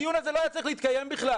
הדיון הזה לא היה צריך להתקיים בכלל.